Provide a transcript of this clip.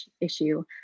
issue